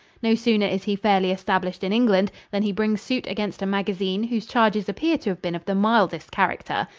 no sooner is he fairly established in england than he brings suit against a magazine whose charges appear to have been of the mildest character.